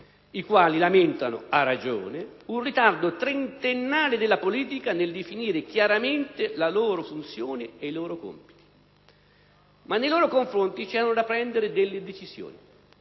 i quali lamentano, a ragione, un ritardo trentennale della politica nel definire chiaramente la loro funzione e i loro compiti. Ma nei loro confronti c'erano da prendere delle decisioni,